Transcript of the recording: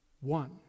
One